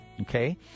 Okay